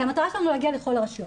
המטרה שלנו להגיע לכל הרשויות.